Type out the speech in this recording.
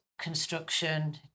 construction